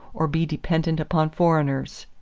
or be dependent upon foreigners.